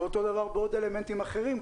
ואותו דבר באלמנטים אחרים.